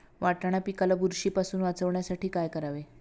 वाटाणा पिकाला बुरशीपासून वाचवण्यासाठी काय करावे?